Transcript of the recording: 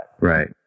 Right